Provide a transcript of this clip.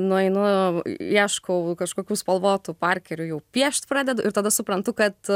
nueinu ieškau kažkokių spalvotų parkerių jau piešt pradedu ir tada suprantu kad